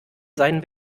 seinen